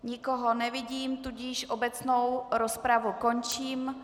Nikoho nevidím, tudíž obecnou rozpravu končím.